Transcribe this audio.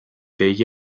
degli